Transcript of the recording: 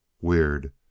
Weird